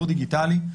דיגיטלי,